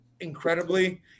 incredibly